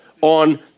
on